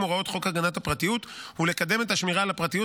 הוראות חוק הגנת הפרטיות ולקדם את השמירה על הפרטיות